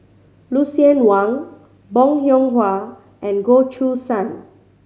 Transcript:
Lucien Wang Bong Hiong Hwa and Goh Choo San